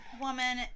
woman